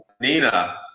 Nina